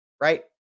right